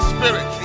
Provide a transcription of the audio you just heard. Spirit